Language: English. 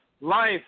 life